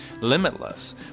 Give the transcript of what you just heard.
limitless